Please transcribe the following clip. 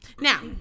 now